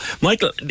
Michael